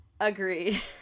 Agreed